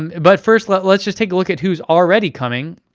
and but first, let's let's just take a look at who's already coming.